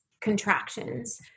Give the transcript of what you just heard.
contractions